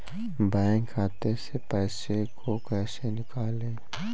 Bank खाते से पैसे को कैसे निकालें?